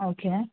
okay